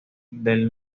del